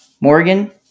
Morgan